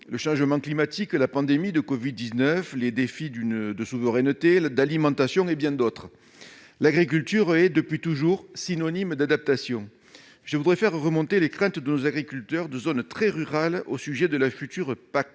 le changement climatique, la pandémie de covid-19, les défis de souveraineté et d'alimentation ... L'agriculture est, depuis toujours, synonyme d'adaptation. Je voudrais faire remonter les craintes de nos agriculteurs de zones très rurales au sujet de la future PAC.